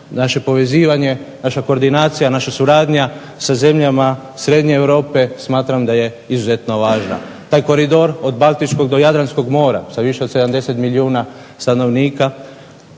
naše povezivanje, naša koordinacija, naša suradnja sa zemljama srednje Europe smatram da je izuzetno važna. Taj koridor od Baltičkog do Jadranskog mora sa više od 70 milijuna stanovnika